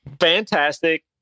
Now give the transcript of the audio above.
fantastic